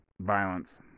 violence